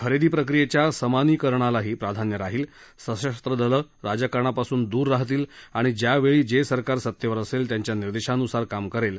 खरेदी प्रक्रियेच्या समानीकरणालाही प्राधान्य राहील सशस्र दलं राजकारणापासून दूर राहतील आणि ज्यावेळी जे सरकार सत्तेवर असेल त्यांच्या निर्देशांनुसार काम करेल